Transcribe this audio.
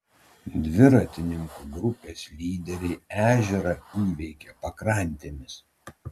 dviratininkų grupės lyderiai ežerą įveikė pakrantėmis